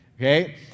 Okay